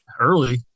early